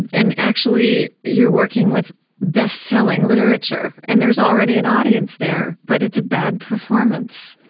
and and actually you're working with bestselling literature, and there's already an audience there, but it's a bad performance?